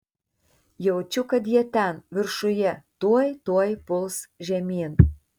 jaučiu kad jie ten viršuje tuoj tuoj puls žemyn